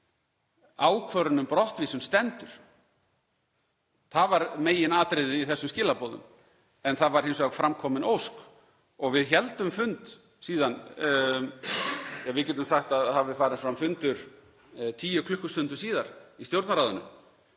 Ákvörðun um brottvísun stendur. Það var meginatriðið í þessum skilaboðum. En það var hins vegar fram komin ósk og við héldum síðan fund, ja, við getum sagt að það hafi farið fram fundur tíu klukkustundum síðar í Stjórnarráðinu,